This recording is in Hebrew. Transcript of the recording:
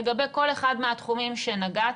לגבי כל אחד מהתחומים שנתת,